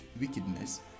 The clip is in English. wickedness